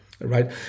right